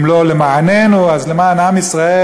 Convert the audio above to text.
אם לא למעננו אז למען עם ישראל,